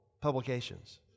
publications